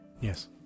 Yes